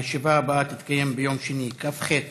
הישיבה הבאה תתקיים ביום שני, כ"ח